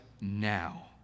now